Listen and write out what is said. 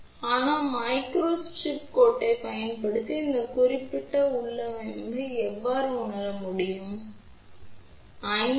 ஆனால் micro strip கோட்டைப் பயன்படுத்தி இந்த குறிப்பிட்ட உள்ளமைவை எவ்வாறு உணர முடியும் என்பதைப் பார்ப்போம்